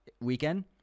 weekend